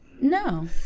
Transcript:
No